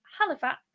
Halifax